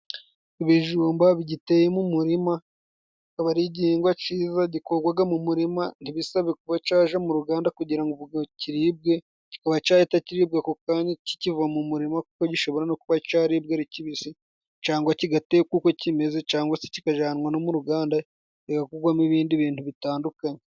Ibijumba bigiteye mu murima，akaba ari igihingwa ciza gikugwaga mu murima， ntibisabe kuba caja mu ruganda kugira ngo ubwo kiribwe，cikaba cahita kiribwa ako kanya kikiva mu murima，kuko gishobora no kuba caribwe ari kibisi，cangwa kigatekwa uko kimeze， cangwa se kikajananwa no mu ruganda kigakugwamo ibindi bintu bitandukanye.